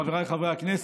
חבריי חברי הכנסת,